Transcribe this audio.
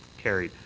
carried.